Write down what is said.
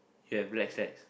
you have black slacks